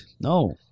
no